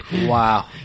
Wow